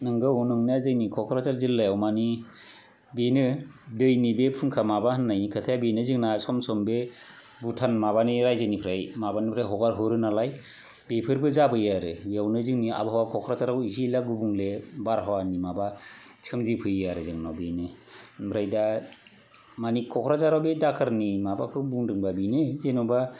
नंगौ नंनाया जोंनि ककराझार जिल्लायाव मानि बेनो दैनि बे फुंखा माबा होननायनि खोथाया बेनो जोंना सम सम बे भुटान माबानि रायजोनिफ्राय माबानिफ्राय हगार हरो नालाय बेफोरबो जाबोयो आरो बेवनो जोंनि आबहावा ककराझार जिल्लायाव गुबुंले माबा आबहावानि बारहावानि माबा सोमजिफैयो आरो जोंनाव बेनो आमफ्राय दा मानि ककराझाराव बे दाखोरनि माबाखौ बुंदोंबा बेनो जेनोबा